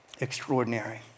extraordinary